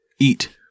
eat